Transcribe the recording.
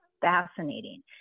fascinating